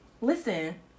Listen